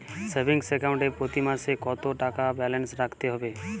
Savings account এ প্রতি মাসে কতো টাকা ব্যালান্স রাখতে হবে?